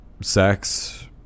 sex